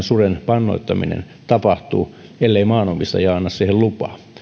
suden pannoittaminen tapahtuu ellei maanomistaja anna siihen lupaa